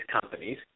companies